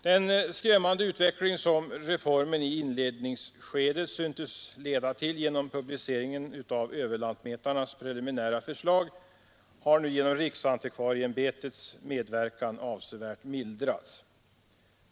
Den skrämmande utveckling som reformen i inledningsskedet syntes leda till genom publiceringen av överlantmätarnas preliminära förslag har nu genom riksantikvarieämbetets medverkan avsevärt mildrats.